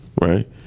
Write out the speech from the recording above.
right